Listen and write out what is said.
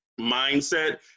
mindset